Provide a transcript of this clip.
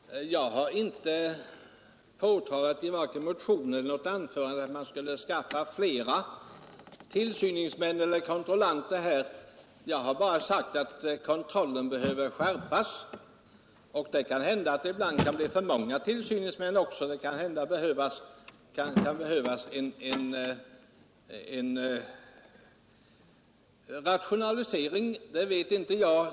Herr talman! Jag har inte påtalat vare sig i motionen eller i något anförande att man borde skaffa flera tillsyningsmän eller kontrollanter. Jag har bara sagt att kontrollen behöver skärpas. Det kan hända att det ibland kan bli för många tillsyningsmän också — om det behövs en rationalisering vet inte jag.